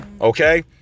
Okay